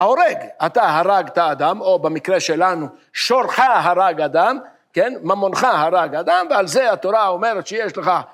‫הורג, אתה הרגת האדם, ‫או במקרה שלנו, שורך הרג אדם, ‫ממונך הרג אדם, ‫ועל זה התורה אומרת שיש לך...